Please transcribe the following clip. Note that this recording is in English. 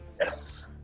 Yes